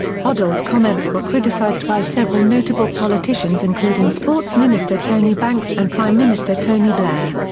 hoddle's comments were criticised by several notable politicians including sports minister tony banks and prime minister tony blair.